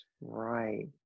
right